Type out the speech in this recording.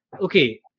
okay